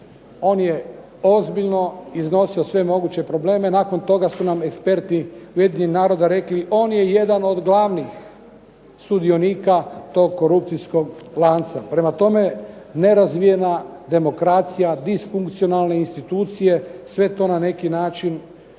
on je ozbiljno iznosio sve moguće probleme. Nakon toga su nam eksperti Ujedinjenih naroda rekli on je jedan od glavnih sudionika tog korupcijskog lanca. Prema tome, nerazvijena demokracija, disfunkcionalne institucije, sve to na neki način